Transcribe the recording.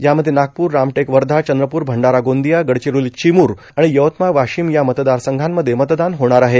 यामध्ये नागपूर रामटेक वधा चंद्रपूर भंडारा गोंदिया गर्डाचरोलो र्चमुर र्आण यवतमाळ वाशिम या मतदारसंघामध्ये मतदान होणार आहे